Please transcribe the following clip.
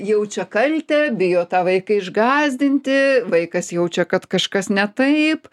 jaučia kaltę bijo tą vaiką išgąsdinti vaikas jaučia kad kažkas ne taip